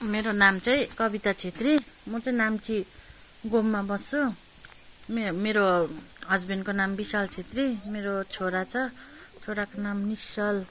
मेरो नाम चाहिँ कविता छेत्री म चाहिँ नाम्ची गोममा बस्छु मे मेरो हस्बेन्डको नाम विशाल छेत्री मेरो छोरा छ छोराको नाम निश्चल